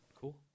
Cool